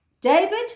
david